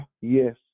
Yes